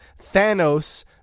Thanos